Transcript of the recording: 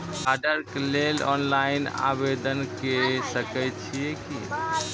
कार्डक लेल ऑनलाइन आवेदन के सकै छियै की?